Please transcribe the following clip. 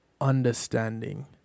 understanding